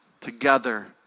together